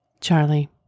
Charlie